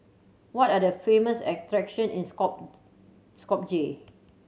what are the famous attraction is Skopje